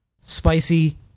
spicy